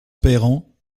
perron